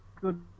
good